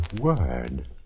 word